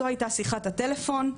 זאת הייתה שיחת הטלפון,